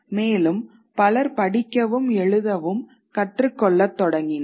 மேலும் பலர் படிக்கவும் எழுதவும் கற்றுக்கொள்ளத் தொடங்கினர்